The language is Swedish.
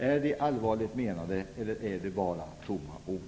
Är de allvarligt menade, eller är det bara tomma ord?